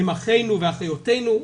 הם אחינו ואחיותינו,